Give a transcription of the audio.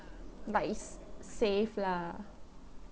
but is safe lah